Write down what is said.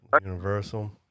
Universal